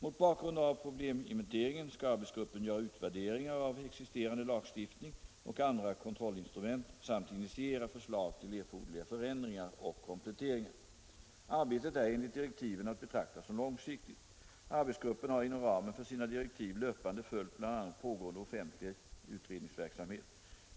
Mot bakgrund av probleminventeringen skall arbetsgruppen göra utvärderingar av existerande lagstiftning och andra kontrollinstrument samt initiera förslag till erforderliga förändringar och kompletteringar. Arbetet är enligt direktiven att betrakta som långsiktigt. Arbetsgruppen har inom ramen för sina direktiv löpande följt bl.a. pågående offentlig utredningsverksamhet.